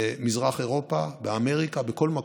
במזרח אירופה, באמריקה, בכל מקום,